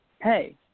hey